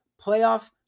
playoff